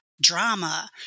drama